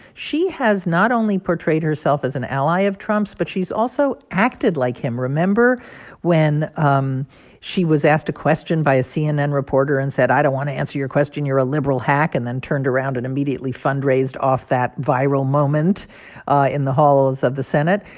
she has not only portrayed herself as an ally of trump's, but she's also acted like him. remember when um she was asked a question by a cnn reporter and said, i don't want to answer your question you're a liberal hack, and then turned around and immediately fundraised off that viral moment ah in the halls of the senate?